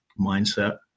mindset